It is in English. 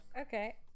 okay